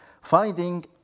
Finding